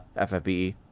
FFBE